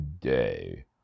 today